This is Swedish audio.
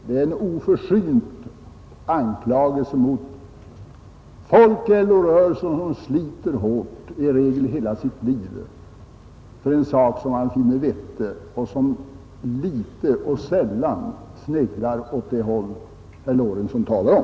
Det är en oförsynt anklagelse mot folk i LO-rörelsen, som sliter hårt — i regel hela sitt liv — för en sak som de finner vettig och som litet och sällan sneglar åt det håll herr Lorentzon talar om.